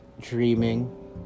dreaming